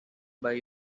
buy